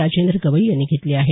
राजेंद्र गवई यांनी घेतली आहे